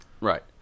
Right